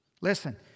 Listen